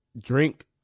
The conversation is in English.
drink